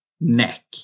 neck